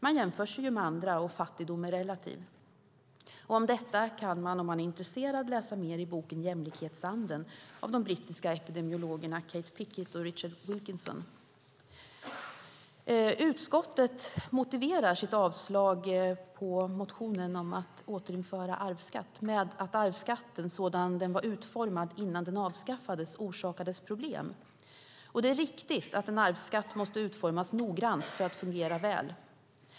Man jämför sig med andra, och fattigdom är relativ. Om detta kan man, om man är intresserad, läsa mer i boken Jämlikhetsanden av de brittiska epidemiologerna Kate Pickett och Richard Wilkinson. Utskottet motiverar sitt avstyrkande av motionen om att återinföra arvsskatt med att arvsskatten sådan den var utformad innan den avskaffades orsakade problem. Det är riktigt att en arvsskatt måste utformas noggrant för att fungera väl.